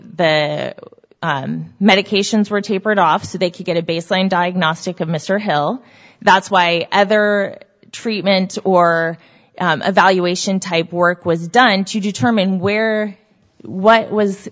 the medications were tapered off so they could get a baseline diagnostic of mr hill that's why their treatment or evaluation type work was done to determine where what was